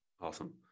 awesome